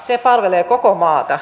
se palvelee koko maata